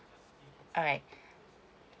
alright